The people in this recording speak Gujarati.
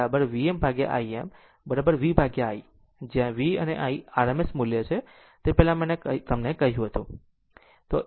અને ફરીથી Vm Im v i જ્યાં V અને I RMS મૂલ્ય છે તે પહેલાં મેં તમને કહ્યું હતું